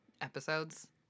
episodes